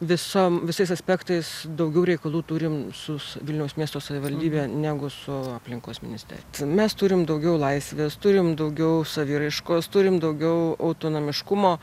visom visais aspektais daugiau reikalų turim sus vilniaus miesto savivaldybė negu su aplinkos ministerija mes turim daugiau laisvės turim daugiau saviraiškos turim daugiau autonomiškumo